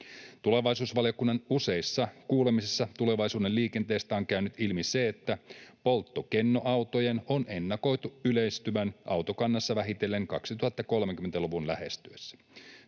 Tulevaisuusvaliokunnan useissa kuulemisissa tulevaisuuden liikenteestä on käynyt ilmi se, että polttokennoautojen on ennakoitu yleistyvän autokannassa vähitellen 2030-luvun lähestyessä.